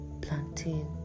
plantain